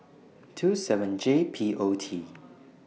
two seven J P O T